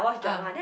ah